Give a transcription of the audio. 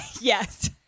Yes